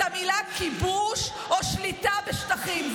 את המילה "כיבוש" או "שליטה בשטחים".